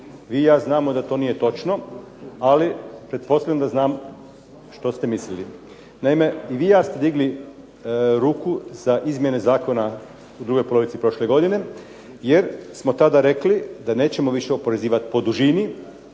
Vi i ja znamo da to nije točno, ali pretpostavljam da znam što ste mislili. Naime, vi i ja ste digli ruku za izmjenu zakona u drugoj polovici prošle godine, jer smo tada rekli da više nećemo oporezivati po dužini